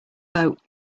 boat